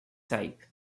type